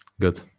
good